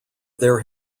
there